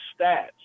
stats